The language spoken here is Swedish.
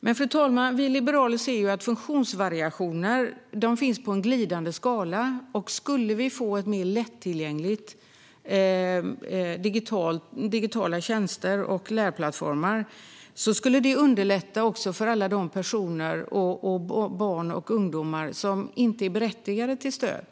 Men, fru talman, vi liberaler ser att funktionsvariationer finns på en glidande skala. Skulle vi få mer lättillgängliga digitala tjänster och lärplattformar skulle det underlätta också för alla de personer, barn och ungdomar, som inte är berättigade till stöd.